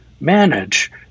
manage